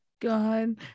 God